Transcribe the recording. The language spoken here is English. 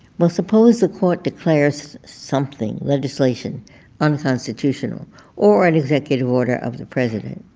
well, suppose the court declares something legislation unconstitutional or an executive order of the president.